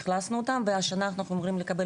אכלסנו אותם והשנה אנחנו אמורים לקבל